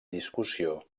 discussió